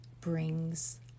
brings